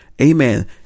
Amen